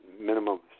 minimum